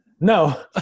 No